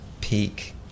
peak